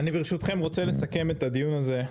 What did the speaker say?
ברשותכם אני רוצה לסכם את הדיון הזה.